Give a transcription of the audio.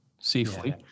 safely